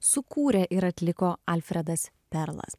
sukūrė ir atliko alfredas perlas